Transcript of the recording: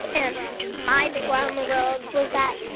and my big wow in the world was that,